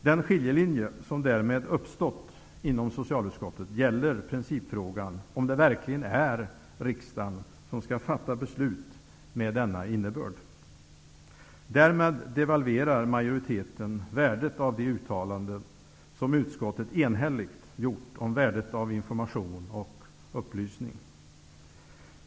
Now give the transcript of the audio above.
Den skiljelinje som därmed har uppstått inom socialutskottet gäller principfrågan om det verkligen är riksdagen som skall fatta beslut med denna innebörd. Därmed devalverar majoriteten värdet av de uttalanden som utskottet enhälligt gjort om vikten av information och upplysning.